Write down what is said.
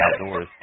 outdoors